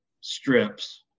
strips